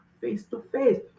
face-to-face